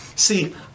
See